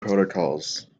protocols